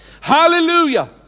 Hallelujah